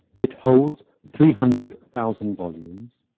it holds three hundred thousand volumes.